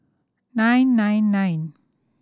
nine nine nine